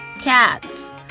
cats